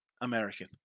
American